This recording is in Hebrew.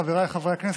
חבריי חברי הכנסת,